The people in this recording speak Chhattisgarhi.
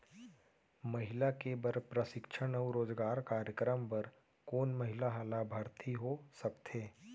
महिला के बर प्रशिक्षण अऊ रोजगार कार्यक्रम बर कोन महिला ह लाभार्थी हो सकथे?